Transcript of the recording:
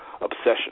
obsession